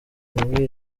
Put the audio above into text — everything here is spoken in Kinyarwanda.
muri